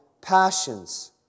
passions